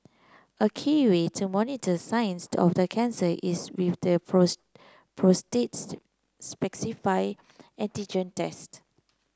a key way to monitor signs the of the cancer is with the prostates specific antigen test